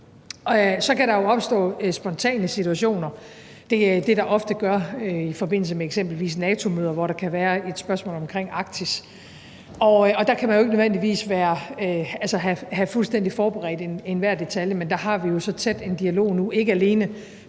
Så kan der jo opstå spontane situationer. Det er det, der ofte gør i forbindelse med eksempelvis NATO-møder, hvor der kan være et spørgsmål omkring Arktis, og der kan man jo altså ikke nødvendigvis have fuldstændig forberedt enhver detalje, men der har vi jo så tæt en dialog nu – ikke alene